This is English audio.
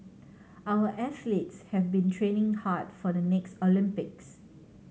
our athletes have been training hard for the next Olympics